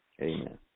Amen